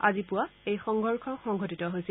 আজি পুৱা এই সংঘৰ্ষ সংঘটিত হৈছিল